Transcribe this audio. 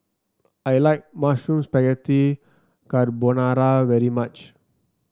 I like Mushroom Spaghetti Carbonara very much